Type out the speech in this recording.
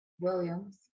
Williams